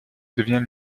devient